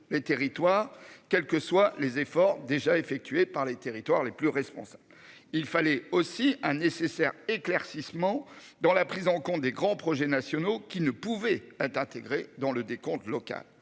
les territoires, quels que soient les efforts déjà effectuées par les territoires les plus responsable. Il fallait aussi un nécessaire éclaircissement dans la prise en compte des grands projets nationaux qui ne pouvait être intégrés dans le décompte locale.